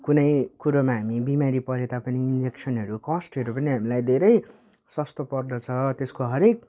कुनै कुरोमा हामी बिमारी परे तापनि इन्जेक्सनहरू कस्टहरू पनि हामीलाई धेरै सस्तो पर्दछ त्यसको हरेक